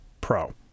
pro